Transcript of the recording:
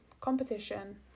competition